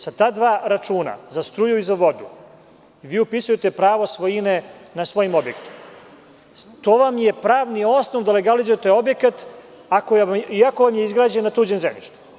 Sa ta dva računa, za struju i za vodu, vi upisujete pravo svojine nad svojim objektom, a to vam je pravni osnov da legalizujete objekat iako vam je izgrađen na tuđem zemljištu.